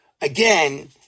again